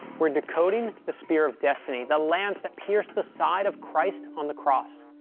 we're decoding the spear of destiny, the lance that pierced the side of christ on the cross.